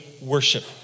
worship